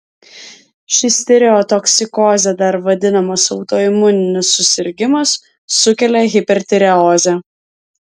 šis tireotoksikoze dar vadinamas autoimuninis susirgimas sukelia hipertireozę